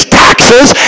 taxes